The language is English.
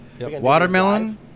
watermelon